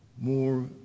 more